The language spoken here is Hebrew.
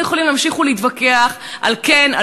אנחנו יכולים להמשיך ולהתווכח על כן,